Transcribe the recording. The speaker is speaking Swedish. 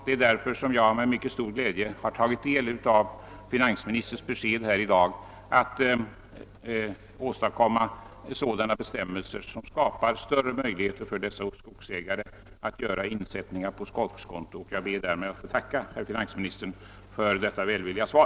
Det är sålunda med mycket stor glädje som jag i dag har tagit del av finansministerns besked att bestämmelser skall införas som skapar större möjligheter för skogsägarna att göra insättningar på skogskonto. Med dessa ord ber jag att få tacka finansministern för hans välvilliga svar.